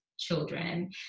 Children